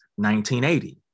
1980